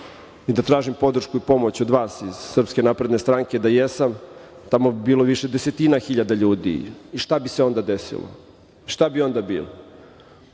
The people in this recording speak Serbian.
da tražim podršku i pomoć od vas iz SNS, da jesam tamo bi bilo više desetina hiljada ljudi i šta bi se onda desilo. Šta bi onda bilo.